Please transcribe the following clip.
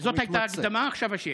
זאת הייתה ההקדמה, ועכשיו השאלה.